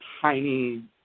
tiny